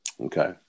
Okay